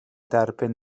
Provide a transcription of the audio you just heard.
derbyn